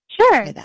sure